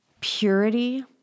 purity